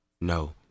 no